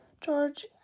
George